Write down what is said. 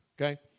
okay